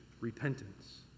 repentance